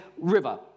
River